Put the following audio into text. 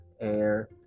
air